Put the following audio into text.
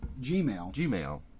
Gmail